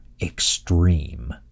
extreme